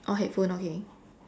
oh headphone okay